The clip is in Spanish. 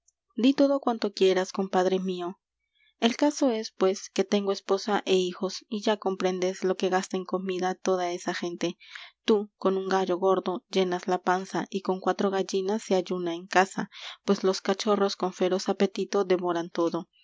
i todo cuanto quieras compadre m í o e l caso es pues que tengo esposa é hijos y ya comprendes lo que gasta en comida toda esa gente t ú con un gallo gordo llenas la panza y con cuatro gallinas se ayuna en casa pues los cachorros con feroz apetito devoran todo